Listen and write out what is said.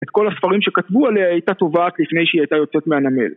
את כל הספרים שכתבו עליה הייתה טובעת לפני שהיא הייתה יוצאת מהנמל